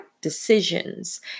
decisions